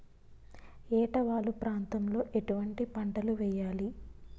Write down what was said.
ఏటా వాలు ప్రాంతం లో ఎటువంటి పంటలు వేయాలి?